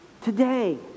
today